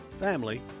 family